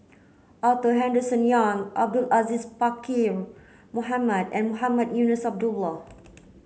Arthur Henderson Young Abdul Aziz Pakkeer Mohamed and Mohamed Eunos Abdullah